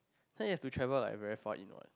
so you have to travel very far in what